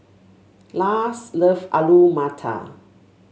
Lars loves Alu Matar